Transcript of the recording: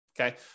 Okay